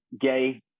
gay